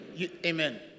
Amen